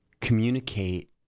communicate